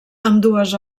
ambdues